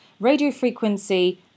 radiofrequency